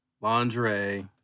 lingerie